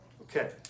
Okay